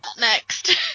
next